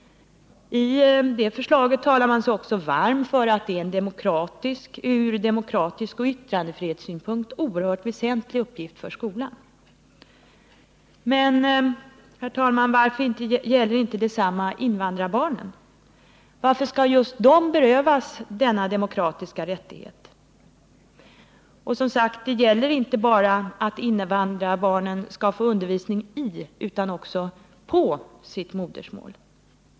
I läroplansförslaget talar man sig också varm för att detta ur demokratisk synvinkel och från yttrandefrihetssynpunkt är en oerhört väsentlig uppgift för skolan. Men, herr talman, varför gäller inte detsamma invandrarbarnen? Varför skall just de berövas denna demokratiska rättighet? Och, som sagt, det gäller inte bara att invandrarbarnen skall få undervisning i utan också på sitt modersmål.